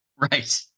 Right